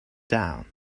down